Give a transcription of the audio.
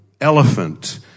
elephant